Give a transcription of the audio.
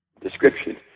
description